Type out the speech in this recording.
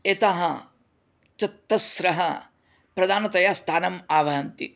एताः चतस्र प्रधानतया स्थानं आवहन्ति